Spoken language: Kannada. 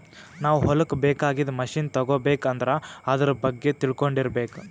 ನಾವ್ ಹೊಲಕ್ಕ್ ಬೇಕಾಗಿದ್ದ್ ಮಷಿನ್ ತಗೋಬೇಕ್ ಅಂದ್ರ ಆದ್ರ ಬಗ್ಗೆ ತಿಳ್ಕೊಂಡಿರ್ಬೇಕ್